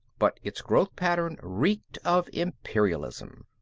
but its growth-pattern reeked of imperialism.